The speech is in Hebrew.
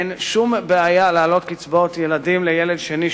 אין שום בעיה להעלות קצבאות ילדים לילד שני,